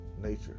nature